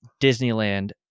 Disneyland